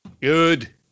Good